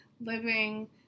living